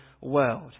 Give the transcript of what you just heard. world